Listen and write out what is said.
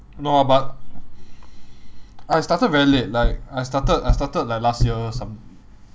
no ah but I started very late like I started I started like last year some